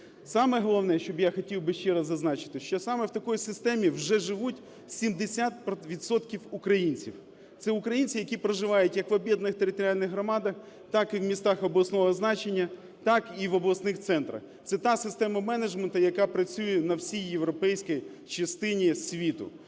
Саме головне, що б я хотів би ще раз зазначити, що саме в такій системі вже живуть 70 відсотків українців. Це українці, які проживають як в об'єднаних територіальних громадах, так і в містах обласного значення, так і в обласних центрах. Це та система менеджменту, яка працює на всій європейській частині світу.